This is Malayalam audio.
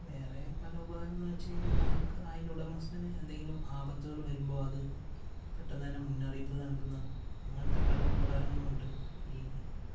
വേറെ പല ഉപകാരമെന്ന് വെച്ചുകഴിഞ്ഞാൽ നമുക്ക് അതിൻ്റെ ഉടമസ്ഥനു എന്തെങ്കിലും ആപത്തുകൾ വരുമ്പോൾ അത് പെട്ടെന്നുതന്നെ മുന്നറിയിപ്പ് നൽകുന്ന അങ്ങനത്തെ പല ഉപകാരങ്ങളും ഉണ്ട് ഈ